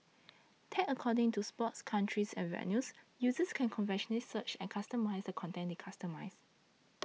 tagged according to sports countries and venues users can conveniently search and customise the content they consume